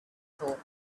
thought